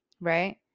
right